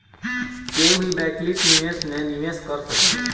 केहू भी वैकल्पिक निवेश में निवेश कर सकेला